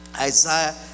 Isaiah